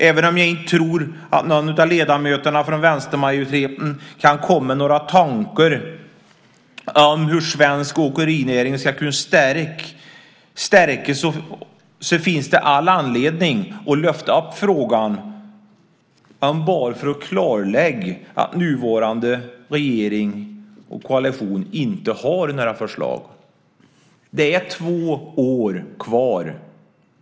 Även om jag inte tror att någon av ledamöterna från vänstermajoriteten kan komma med några tankar om hur den svenska åkerinäringen ska kunna stärkas, finns det all anledning att lyfta upp frågan, om inte annat så för att klarlägga att den nuvarande regeringen inte har några förslag. Det är två år kvar.